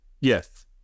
yes